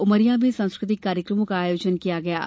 उमरिया में सांस्कृतिक कार्यक्रमों का आयोजन किया गया है